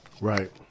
Right